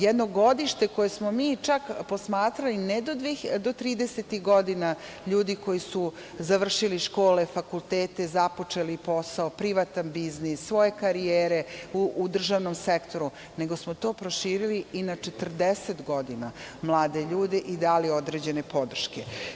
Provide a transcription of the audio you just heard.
Jedno godište koje smo mi posmatrali ne do tridesetih godina ljudi koji su završili škole, fakultete, započeo posao, privatan biznis, svoje karijere u državnom sektoru, nego smo to proširili i na 40 godina mlade ljude i dali određene podrške.